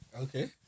Okay